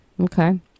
okay